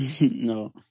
No